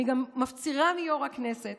אני גם מפצירה ביו"ר הכנסת